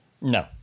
No